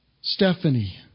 Stephanie